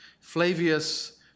Flavius